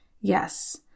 Yes